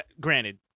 Granted